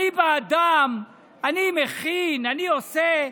אני בעדם, אני מכין, אני עושה?